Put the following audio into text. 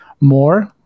more